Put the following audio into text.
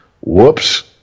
whoops